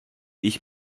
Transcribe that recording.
ich